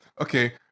okay